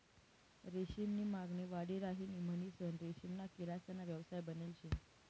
रेशीम नी मागणी वाढी राहिनी म्हणीसन रेशीमना किडासना व्यवसाय बनेल शे